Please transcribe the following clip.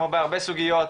כמו בהרבה סוגיות,